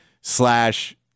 slash